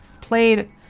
played